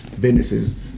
businesses